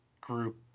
group